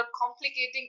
complicating